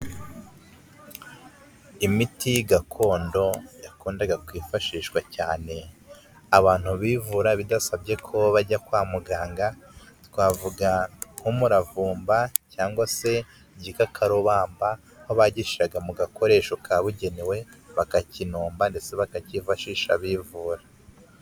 Imiti gakondo yakundaga kwifashishwa cyane abantu bivura bidasabye ko bajya kwa muganga twavuga nk'umuravumba cyangwa se igikakarubamba aho bagishyiga mu gakoresho kabugenewe bakakinomba ndetse bakakifashisha bivura.